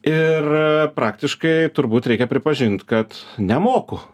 ir praktiškai turbūt reikia pripažint kad nemoku